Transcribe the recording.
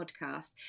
podcast